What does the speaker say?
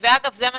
אגב, זה מה